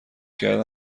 کردن